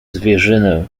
zwierzynę